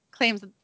claims